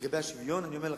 ולגבי השוויון אני אומר לך,